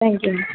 thank you ma'am